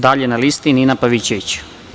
Dalje na listi Nina Pavićević.